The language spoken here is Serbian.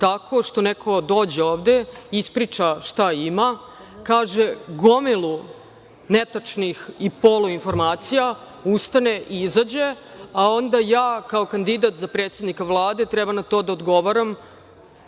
tako što neko dođe ovde, ispriča šta ima, kaže gomilu netačnih i poluinformacija, ustane i izađe, a onda ja kao kandidat za predsednika Vlade treba na to da odgovaram,